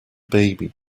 baby